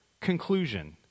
conclusion